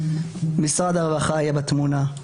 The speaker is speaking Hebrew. משרד הרווחה יהיה בתמונה.